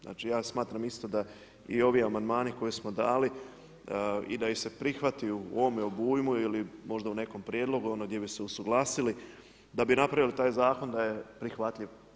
Znači ja smatram isto da i ovi amandmani koje smo dali i da ih se prihvati u ovome obujmu ili možda u nekom prijedlogu gdje bi se usuglasili da bi napravili taj zakon da je prihvatljiv.